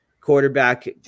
Quarterback